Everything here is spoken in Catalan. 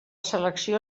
selecció